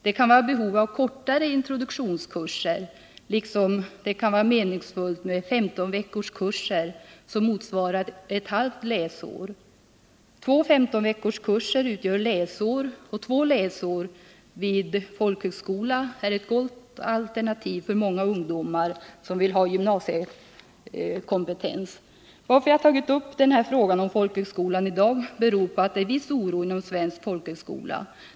Det kan finnas behov av kortare introduktionskurser, liksom det kan vara meningsfullt med femtonveckorskurser, som motsvarar ett halvt läsår. Två femtonveckorskurser utgör ett läsår, och två läsår vid folkhögskola är ett gott alternativ för många ungdomar som vill ha gymnasiekompetens. Att jag tagit upp den här frågan i dag beror på den oro som finns inom svensk folkhögskola.